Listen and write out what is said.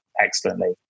excellently